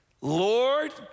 Lord